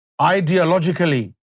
ideologically